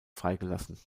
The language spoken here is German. freigelassen